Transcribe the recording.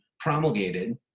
Promulgated